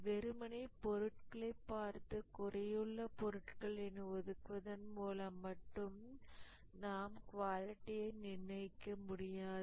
வெறுமனே பொருட்களை பார்த்து குறையுள்ள பொருட்கள் என ஒதுக்குவதன் மூலம் மட்டும் நாம் குவாலிட்டியை நிர்ணயிக்க முடியாது